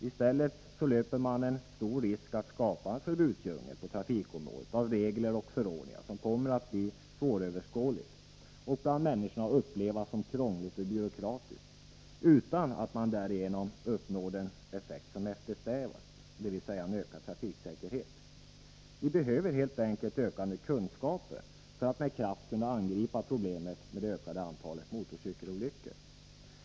I stället löper man en stor risk att skapa en förbudsdjungel av regler och förordningar på trafikområdet, som kommer att bli svåröverskådlig och bland människorna upplevas som krånglig och byråkratisk, utan att man därigenom uppnår den effekt som eftersträvas, dvs. en ökad trafiksäkerhet. Vi behöver helt enkelt ökade kunskaper för att med kraft kunna angripa problemet med det ökade antalet motorcykelolyckor.